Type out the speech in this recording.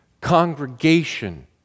congregation